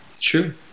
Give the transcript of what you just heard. True